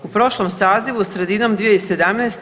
U prošlom sazivu sredinom 2017.